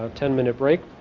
um ten minute break.